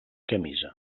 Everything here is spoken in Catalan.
camisa